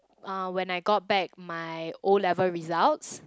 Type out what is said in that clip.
uh when I got back my O-level results